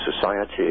society